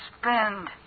spend